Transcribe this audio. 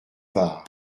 var